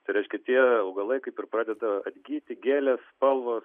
tai reiškia tie augalai kaip ir pradeda atgyti gėlės spalvos